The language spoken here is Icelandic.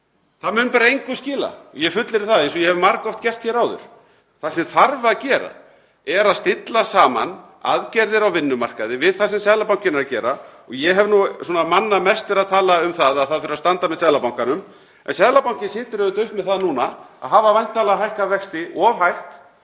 Það mun bara engu skila. Ég fullyrði það eins og ég hef margoft gert hér áður. Það sem þarf að gera er að stilla saman aðgerðir á vinnumarkaði við það sem Seðlabankinn er að gera. Ég hef nú manna mest verið að tala um að það þurfi að standa með Seðlabankanum. En Seðlabankinn situr uppi með það núna að hafa væntanlega hækkað vexti of hægt,